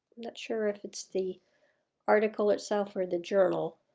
not sure if it's the article itself or the journal.